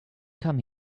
come